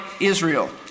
Israel